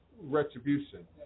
retribution